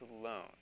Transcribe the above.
alone